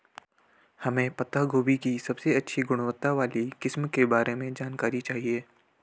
हमें पत्ता गोभी की सबसे अच्छी गुणवत्ता वाली किस्म के बारे में जानकारी चाहिए?